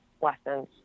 lessons